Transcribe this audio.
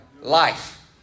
Life